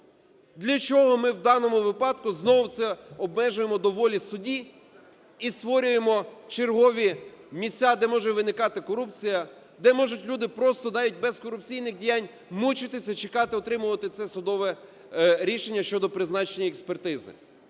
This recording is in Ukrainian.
Для чого ми в даному випадку знову це обмежуємо до волі судді і створюємо чергові місця, де може виникати корупція, де можуть люди просто навіть без корупційних діянь мучитися, чекати, отримувати це судове рішення щодо призначення експертизи?